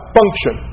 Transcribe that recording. function